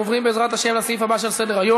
אנחנו עוברים, בעזרת השם, לסעיף הבא על סדר-היום: